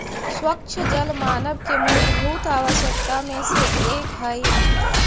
स्वच्छ जल मानव के मूलभूत आवश्यकता में से एक हई